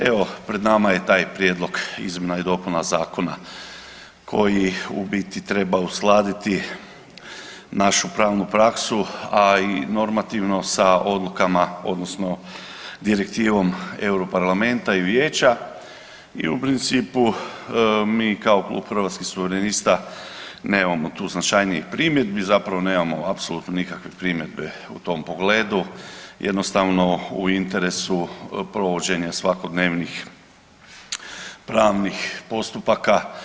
Evo pred nama taj prijedlog izmjena i dopuna Zakona koji u biti treba uskladiti našu pravnu praksu, a i normativno sa odlukama odnosno direktivom Europarlamenta i Vijeća i u principu mi kao klub Hrvatskih suverenista nemamo tu značajnijih primjedbi, zapravo nemamo apsolutno nikakve primjedbe u tom pogledu, jednostavno u interesu provođenja svakodnevnih pravnih postupaka.